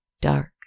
dark